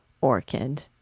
Orchid